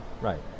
Right